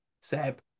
Seb